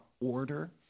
order